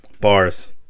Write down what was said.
Bars